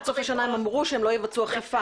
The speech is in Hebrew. הם אמרו שעד סוף השנה הם לא יבצעו אכיפה.